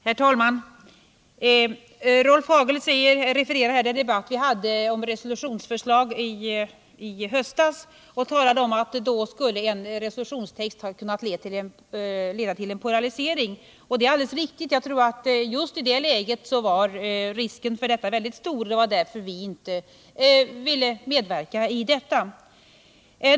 Herr talman! Rolf Hagel refererar den debatt vi hade i höstas om ett resolutionsförslag. Han talade om att en resolutionstext då skulle ha kunnat leda till en polarisering. Det är alldeles riktigt. Jag tror att risken för detta var väldigt stor just i det läget. Det var därför vi inte ville medverka.